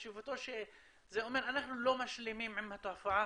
חשיבותו שזה אומר שאנחנו לא משלימים עם התופעה